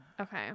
Okay